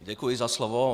Děkuji za slovo.